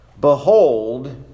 Behold